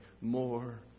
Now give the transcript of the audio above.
more